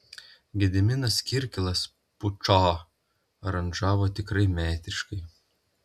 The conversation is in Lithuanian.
gediminas kirkilas pučą aranžavo tikrai meistriškai